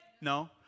No